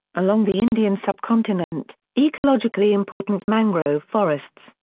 along the indian subcontinent, ecologically-important mangrove forests,